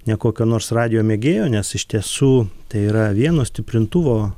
ne kokio nors radijo mėgėjo nes iš tiesų tai yra vieno stiprintuvo